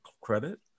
credit